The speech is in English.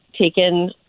taken